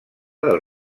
del